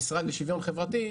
המשרד לשוויון חברתי.